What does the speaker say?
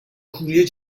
کوری